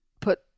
put